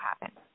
happen